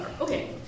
Okay